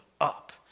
up